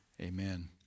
amen